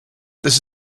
this